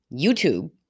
YouTube